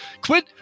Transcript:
Quit